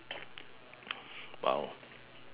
!wow!